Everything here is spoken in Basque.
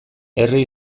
herri